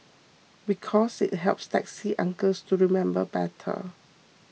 because it helps taxi uncles to remember better